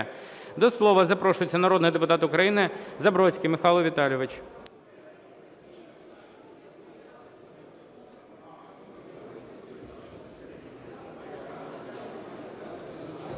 До слова запрошується народний депутат України Забродський Михайло Віталійович.